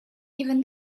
even